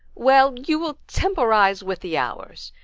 well, you will temporize with the hours.